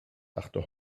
dachte